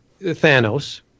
Thanos